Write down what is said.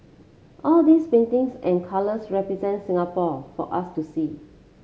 all these paintings and colours represent Singapore for us to see